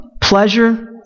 pleasure